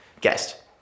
guest